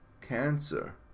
cancer